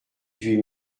huit